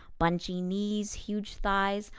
bunchy knees, huge thighs,